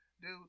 dude